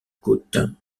côte